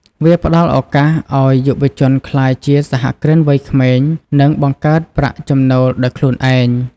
វាផ្តល់ឱកាសឱ្យយុវជនក្លាយជា សហគ្រិនវ័យក្មេង និងបង្កើតប្រាក់ចំណូលដោយខ្លួនឯង។